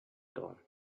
dawn